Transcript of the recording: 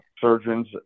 surgeons